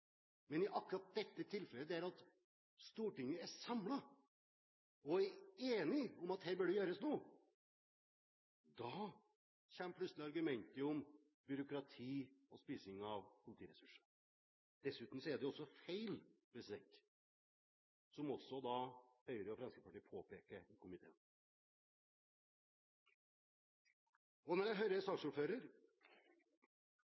Men i akkurat dette tilfellet, der Stortinget er samlet og er enig om at her bør det gjøres noe, kommer plutselig argumentet om byråkrati og spising av politiressurser. Dessuten er det også feil, slik Høyre og Fremskrittspartiet da også påpeker i komiteen. Når jeg hører saksordføreren, som har vært i sterk kontakt med Blindeforbundet og andre, er